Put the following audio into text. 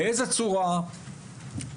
באיזה צורה,